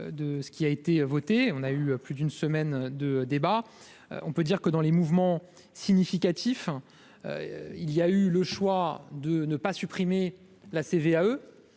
de ce qui a été votée, on a eu plus d'une semaine de débats, on peut dire que dans les mouvements significatifs : il y a eu le choix de ne pas supprimer la CVAE